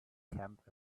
camp